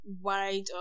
wide